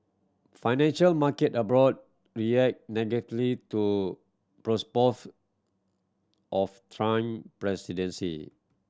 financial market abroad reacted negatively to of Trump presidency